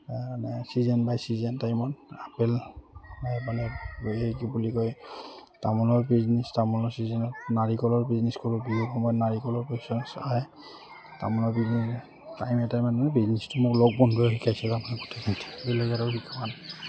মানে season by season টাইমত apple মানে এই কি বুলি কয় তামোলৰ বিজনেছ তামোলৰ চিজনত নাৰিকলৰ বিজনেছ কৰোঁ বিহু সময়ত নাৰিকলৰ তামোলৰ টাইমে টাইমে মানে বিজনেচটো মোক লগৰ বন্ধৱে শিকাইছিল তাৰমানে গোটেইখিনি